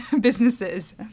businesses